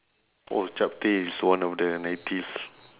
oh chapteh is one of the nineties